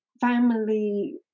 family